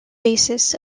basis